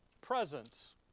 presence